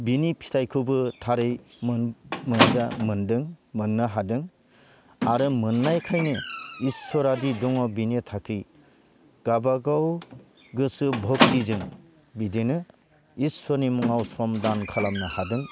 बिनि फिथायखौबो थारै मोनगा मोनदों मोननो हादों आरो मोननायखायनो इसोरादि दङो बिनि थाखै गाबागाव गोसो भक्तिजों बिदिनो इसोरनि उनाव सम दान खालामनो हादों